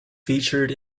featured